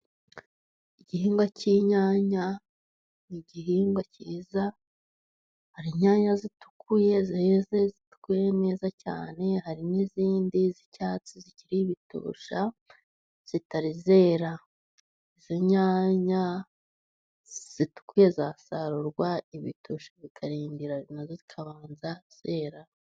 Igihingwa cy'inyanya ni igihingwa kiza, hari inyanya zitukuye zeze zitukuye neza cyane, hari n'izindi z'icyatsi zikiri bitusha, zitari zera. Izo nyanya zitukuye zasarurwa, ibitusha bikarindira na zo zikabanza zera.